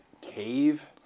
cave